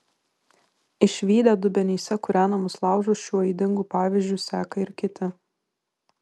išvydę dubenyse kūrenamus laužus šiuo ydingu pavyzdžiu seka ir kiti